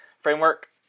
framework